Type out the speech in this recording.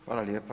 Hvala lijepa.